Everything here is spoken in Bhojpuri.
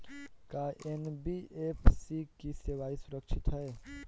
का एन.बी.एफ.सी की सेवायें सुरक्षित है?